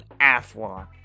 Athlon